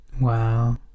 Wow